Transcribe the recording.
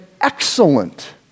excellent